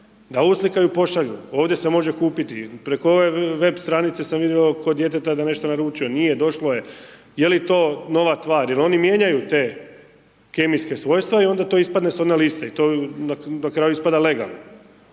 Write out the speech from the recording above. da uslikaju i pošalju, ovdje se može kupiti, preko ove web stranice sam vidio kod djeteta da nešto naručuje, nije, došlo je, je li to nova tvar jer oni mijenjaju ta kemijska svojstva i onda to ispadne solidna lista i na kraju ispada legalno.